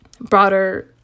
broader